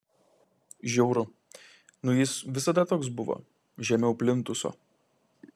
žiauru nu jis visada toks buvo žemiau plintuso